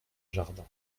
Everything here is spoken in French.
jardin